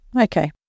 Okay